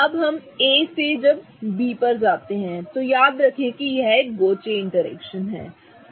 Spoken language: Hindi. अब A से जब हम B पर जाते हैं तो याद रखें कि यह एक गौचे इंटरैक्शन है